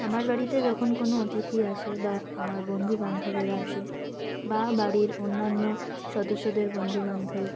আমার বাড়িতে যখন কোনো অতিথি আসে বা আমার বন্ধুবান্ধবেরা আসে বা বাড়ির অন্যান্য সদস্যদের বন্ধুবান্ধব